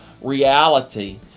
reality